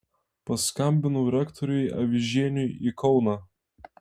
paskambinau rektoriui avižieniui į kauną